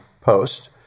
Post